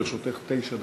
לרשותך תשע דקות.